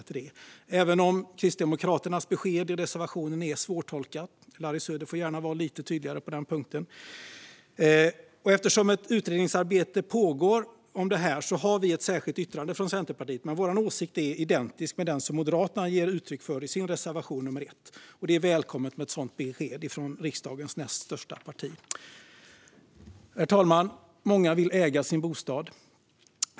KD:s besked i reservationen är dock svårtolkat, och Larry Söder får gärna vara lite tydligare på den punkten. Eftersom utredningsarbete pågår har Centerpartiet ett särskilt yttrande, men vår åsikt är identisk med den som Moderaterna ger uttryck för i reservation 1. Det är välkommet med ett sådant besked från riksdagens näst största parti. Herr talman! Många vill äga sin bostad.